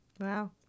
Wow